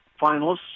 finalists